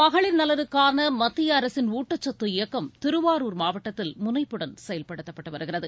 மகளிர் நலனுக்கான மத்திய அரசின் ஊட்டச் சத்து இயக்கம் திருவாரூர் மாவட்டத்தில் முனைப்புடன் செயல்படுத்தப்பட்டு வருகிறது